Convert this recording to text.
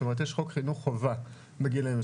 זאת אומרת, יש חוק חינוך חובה בגילאים האלה.